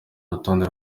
rutonde